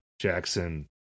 Jackson